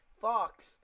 Fox